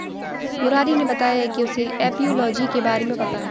मुरारी ने बताया कि उसे एपियोलॉजी के बारे में पता है